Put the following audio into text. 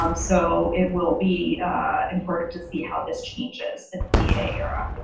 um so it will be important to see how this changes in the daa era.